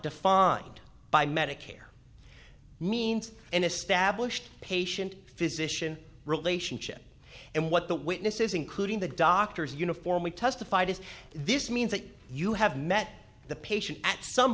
defined by medicare means an established patient physician relationship and what the witnesses including the doctors uniformly testified is this means that you have met the patient at some